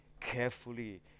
carefully